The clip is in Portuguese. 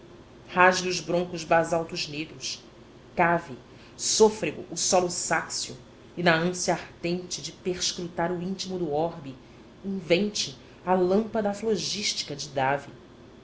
rasgue os broncos basaltos negros cave sôfrego o solo sáxeo e na ânsia ardente de perscrutar o íntimo do orbe invente a lâmpada aflogística de davy